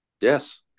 Yes